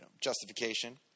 justification